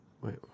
Wait